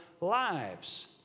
lives